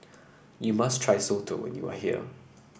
you must try Soto when you are here